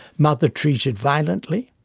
mother treated violently